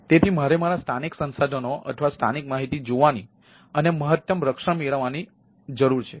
તેથી મારે મારા સ્થાનિક સંસાધનો અથવા સ્થાનિક માહિતી જોવાની અને મહત્તમ રક્ષણ મેળવવાની જરૂર છે